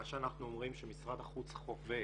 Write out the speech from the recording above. מה שאנחנו אומרים שמשרד החוץ חווה